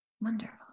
Wonderful